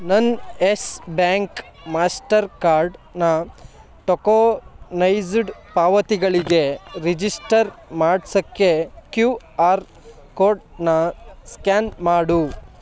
ನನ್ನ Yes Bank ಮಾಸ್ಟರ್ಕಾರ್ಡ್ನ tokenized ಪಾವತಿಗಳಿಗೆ ರಿಜಿಸ್ಟರ್ ಮಾಡ್ಸೋಕೆ ಕ್ಯೂ ಆರ್ ಕೋಡ್ನ ಸ್ಕ್ಯಾನ್ ಮಾಡು